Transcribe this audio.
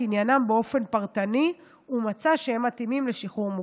עניינם באופן פרטני ומצאה שהם מתאימים לשחרור מוקדם.